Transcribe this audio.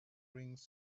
rings